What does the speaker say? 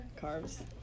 carbs